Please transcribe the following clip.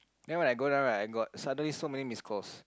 then when I go down right I got suddenly so many missed calls